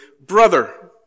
brother